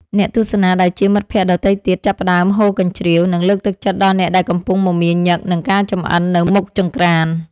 អ្នកទស្សនាដែលជាមិត្តភក្តិដទៃទៀត ចាប់ផ្ដើមហ៊ោកញ្ជ្រៀវ និងលើកទឹកចិត្តដល់អ្នកដែលកំពុងមមាញឹកនឹងការចម្អិននៅមុខចង្ក្រាន។